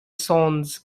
sons